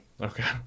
Okay